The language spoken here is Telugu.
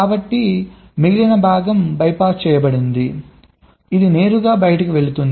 కాబట్టి మిగిలిన భాగం బైపాస్ చేయబడింది ఇది నేరుగా బయటకు వెళ్తుంది